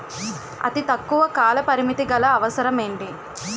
అతి తక్కువ కాల పరిమితి గల అవసరం ఏంటి